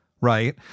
Right